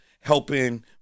helping